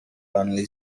only